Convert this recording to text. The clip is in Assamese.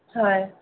হয়